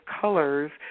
colors